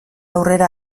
aurrera